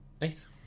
Nice